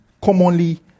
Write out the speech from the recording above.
commonly